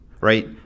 Right